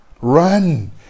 run